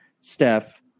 steph